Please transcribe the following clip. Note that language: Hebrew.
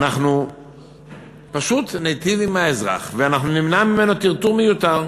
אנחנו ניטיב עם האזרח ונמנע ממנו טרטור מיותר.